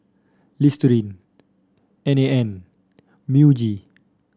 Listerine N A N Muji